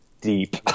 deep